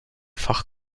fach